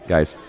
Guys